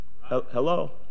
hello